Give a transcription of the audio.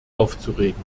aufzuregen